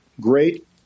great